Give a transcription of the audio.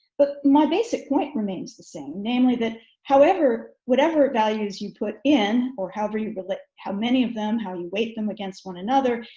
but my basic point remains the same namely that however whatever it values you put in or however you relate how many of them how you weight them against one another,